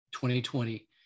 2020